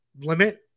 limit